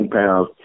pounds